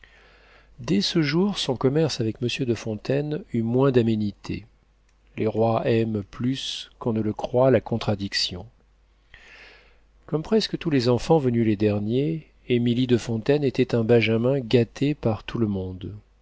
dès ce jour son commerce avec m de fontaine eut moins d'aménité les rois aiment plus qu'on ne le croit la contradiction comme presque tous les enfants venus les derniers émilie de fontaine était un benjamin gâté par tout le monde